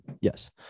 yes